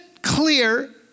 clear